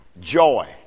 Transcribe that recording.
joy